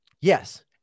Yes